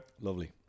lovely